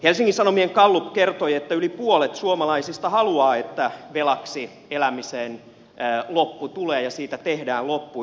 helsingin sanomien gallup kertoi että yli puolet suomalaisista haluaa että velaksi elämiseen loppu tulee ja siitä tehdään loppu